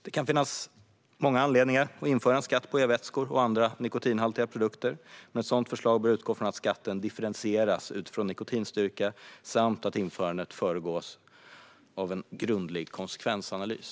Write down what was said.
Det kan finnas många anledningar att införa en skatt på e-vätskor och andra nikotinhaltiga produkter, men ett sådant förslag bör utgå från att skatten differentieras utifrån nikotinstyrka samt att införandet föregås av en grundlig konsekvensanalys.